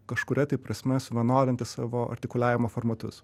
kažkuria tai prasme suvienodinti savo artikuliavimo formatus